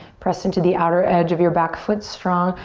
press into the outer edge of your back foot strong.